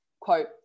quote